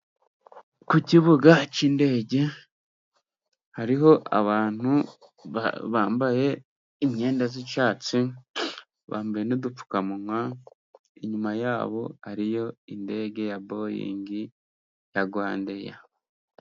Ku kibuga cy'indege, hariho abantu bambaye imyenda y'icyatsi, bambaye n'udupfukamunwa, inyuma yabo hariyo indege ya boyingi ya Rwanda eya.